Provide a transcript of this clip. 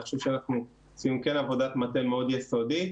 אני חושב שאנחנו עשינו עבודת מטה מאוד יסודית,